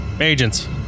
Agents